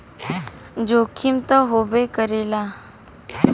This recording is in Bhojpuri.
जोखिम त होबे करेला